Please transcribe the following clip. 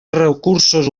recursos